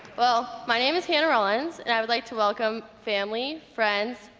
well my name is hannah rollins and i would like to welcome family, friends,